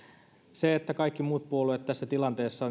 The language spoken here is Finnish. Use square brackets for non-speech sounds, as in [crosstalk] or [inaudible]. se että kaikki muut puolueet tässä tilanteessa [unintelligible]